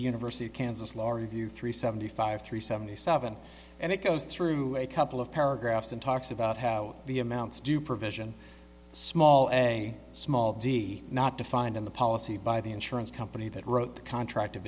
university of kansas law review three seventy five three seventy seven and it goes through a couple of paragraphs and talks about how the amounts do provision small and a small d not defined in the policy by the insurance company that wrote the contract